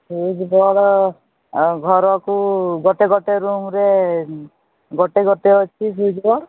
switch board ଆଉ ଘରକୁ ଗୋଟେ ଗୋଟେ ରୁମ୍ରେ ଗୋଟେ ଗୋଟେ ଅଛି ସୁଇଚ୍ ବୋଡ୍